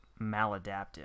maladaptive